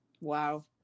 wow